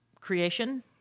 creation